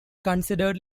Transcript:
considered